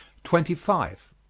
twenty five.